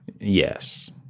Yes